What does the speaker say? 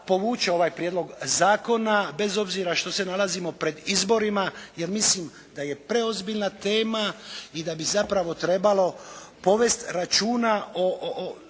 povuče ovaj Prijedlog zakona bez obzira što se nalazimo pred izborima, jer mislim da je preozbiljna tema i da bi zapravo trebalo povesti računa o